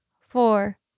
four